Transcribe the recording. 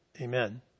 Amen